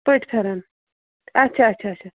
پٔٹۍ فٮ۪رن اَچھا اَچھا اَچھا